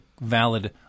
valid